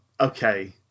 Okay